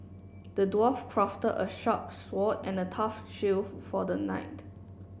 the dwarf crafted a sharp sword and a tough shield for the knight